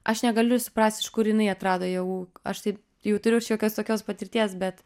aš negaliu suprast iš kur jinai atrado jėgų aš tai jau turiu šiokios tokios patirties bet